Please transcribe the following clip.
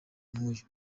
nk’uyu